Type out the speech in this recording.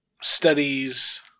studies